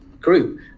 group